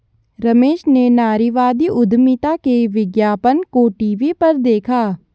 रमेश ने नारीवादी उधमिता के विज्ञापन को टीवी पर देखा